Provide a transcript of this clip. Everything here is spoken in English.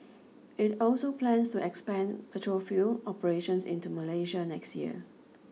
it also plans to expand petrol fuel operations into Malaysia next year